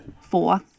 Four